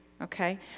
okay